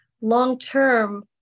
long-term